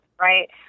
right